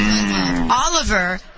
Oliver